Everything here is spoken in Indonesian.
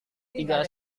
tiga